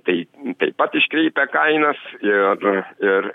tai taip pat iškreipia kainas ir ir